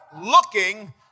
looking